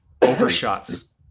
overshots